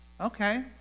okay